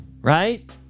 right